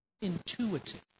intuitive